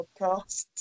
podcasts